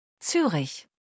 Zürich